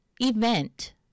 event